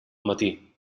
matí